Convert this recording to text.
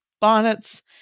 bonnets